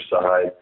side